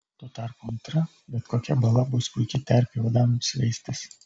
tuo tarpu antra bet kokia bala bus puiki terpė uodams veistis